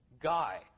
guy